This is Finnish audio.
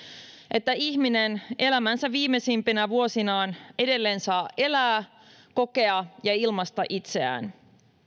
että ihminen elämänsä viimeisinä vuosina edelleen saa elää kokea ja ilmaista itseään